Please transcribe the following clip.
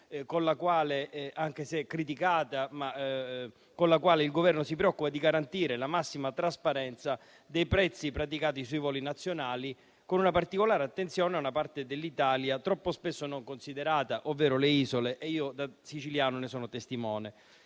criticata, il Governo si preoccupa di garantire la massima trasparenza dei prezzi praticati sui voli nazionali con una particolare attenzione a una parte dell'Italia troppo spesso non considerata, ovvero le isole, e io, da siciliano, ne sono testimone.